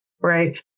right